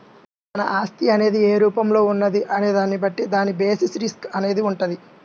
మన ఆస్తి అనేది ఏ రూపంలో ఉన్నది అనే దాన్ని బట్టి దాని బేసిస్ రిస్క్ అనేది వుంటది